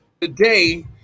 today